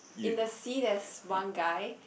in the sea there's one guy